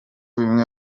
bimwe